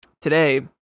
Today